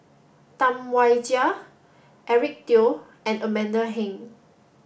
Tam Wai Jia Eric Teo and Amanda Heng